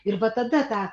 ir va tada ta